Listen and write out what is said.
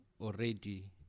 already